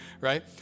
right